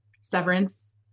severance